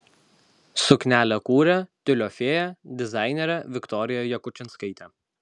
suknelę kūrė tiulio fėja dizainerė viktorija jakučinskaitė